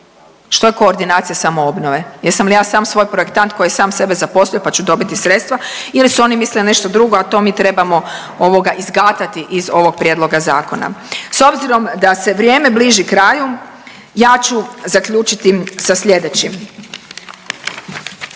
što je koordinacija samoobnove? Jesam li ja sam svoj projektant koji je sam sebe zaposlio, pa ću dobiti sredstva ili su oni mislili na nešto drugo, a to mi trebamo ovoga izgatati iz ovog prijedloga zakona? S obzirom da se vrijeme bliži kraju ja ću zaključiti sa slijedećim.